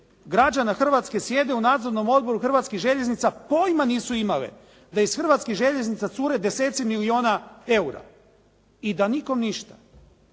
građana sjede u nadzornom odboru Hrvatskih željeznica pojma nisu imale da ih Hrvatskih željeznica cure deseci milijuna eura i da nikom ništa.